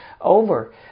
over